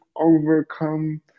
overcome